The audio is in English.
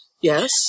Yes